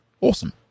Awesome